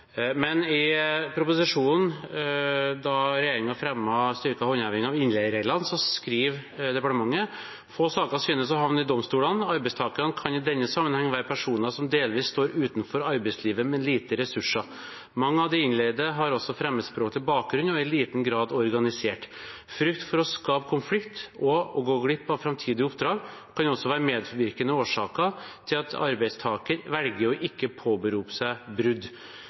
I proposisjonen, da regjeringen fremmet styrket håndheving av innleiereglene, skrev departementet: «Få saker synes å havne i domstolene. Arbeidstakerne kan i denne sammenheng være personer som delvis står utenfor arbeidslivet med lite ressurser. Mange av de innleide har også fremmedspråklig bakgrunn og er i liten grad organisert. Frykt for å skape konflikt og å gå glipp av fremtidige oppdrag, kan også være medvirkende årsaker til at arbeidstaker velger å ikke påberope seg brudd.»